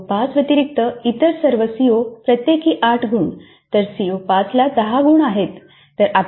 CO 5 व्यतिरिक्त इतर सर्व सीओ प्रत्येकी 8 गुण तर सीओ 5 ला 10 गुण आहेत